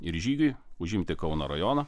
ir žygiui užimti kauno rajoną